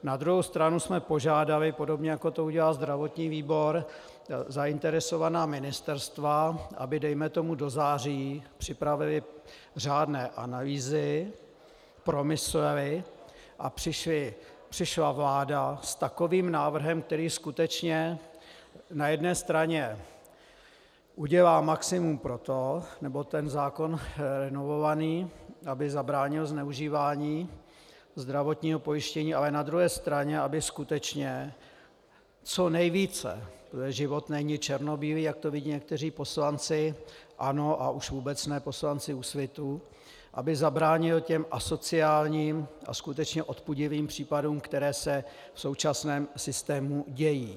Na druhé straně jsme požádali, jako to udělal zdravotní výbor, zainteresovaná ministerstva, aby dejme tomu do září připravila řádné analýzy, promyslela a přišla vláda s takovým návrhem, který skutečně na jedné straně udělá maximum pro to, nebo novelovaný zákon, aby zabránil zneužívání zdravotního pojištění, ale na druhé straně aby skutečně co nejvíce, protože život není černobílý, jak to vidí někteří poslanci ANO a už vůbec ne poslanci Úsvitu, aby zabránili těm asociálním a skutečně odpudivým případům, které se v současném systému dějí.